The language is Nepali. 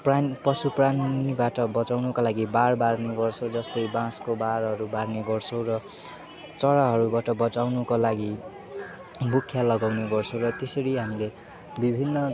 प्राण पशु प्राणीबाट बचाउनका लागि बार बार्ने गर्छौँ जस्तै बाँसको बारहरू बार्ने गर्छौँ र चराहरूबाट बचाउनुको लागि बुख्याँचा लगाउने गर्छौँ र त्यसरी हामीले विभिन्न